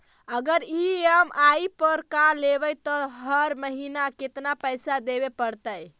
अगर ई.एम.आई पर कार लेबै त हर महिना केतना पैसा देबे पड़तै?